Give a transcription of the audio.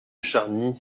charny